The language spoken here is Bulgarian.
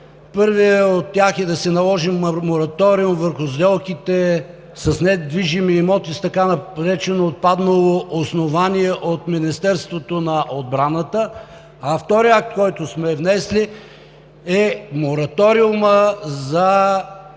Първият от тях е: „Да се наложи мораториум върху сделките с недвижими имоти с така нареченото отпаднало основание от Министерството на отбраната“. А вторият акт, който сме внесли, е: „Мораториумът за